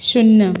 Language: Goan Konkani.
शुन्य